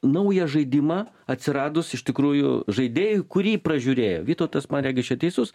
naują žaidimą atsiradus iš tikrųjų žaidėjui kurį pražiūrėjo vytautas man regis čia teisus